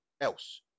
else